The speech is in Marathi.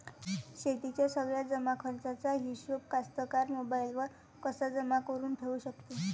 शेतीच्या सगळ्या जमाखर्चाचा हिशोब कास्तकार मोबाईलवर कसा जमा करुन ठेऊ शकते?